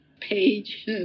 page